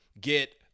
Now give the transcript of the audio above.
get